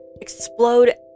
explode